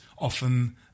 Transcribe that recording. often